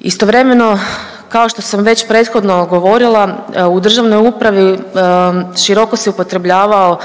Istovremeno, kao što sam već prethodno govorila, u državnoj upravi široko se upotrebljavao